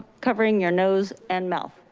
covering your nose and mouth.